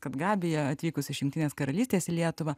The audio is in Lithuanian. kad gabija atvykus iš jungtinės karalystės į lietuvą